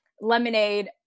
lemonade